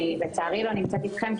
לצערי אני לא נמצאת איתכם,